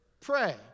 pray